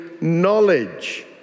knowledge